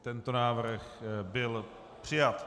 Tento návrh byl přijat.